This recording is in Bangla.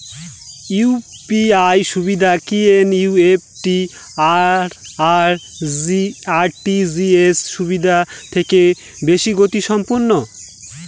ইউ.পি.আই সুবিধা কি এন.ই.এফ.টি আর আর.টি.জি.এস সুবিধা থেকে বেশি গতিসম্পন্ন?